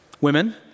Women